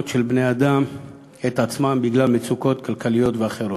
של בני-אדם את עצמם בגלל מצוקות כלכליות ואחרות.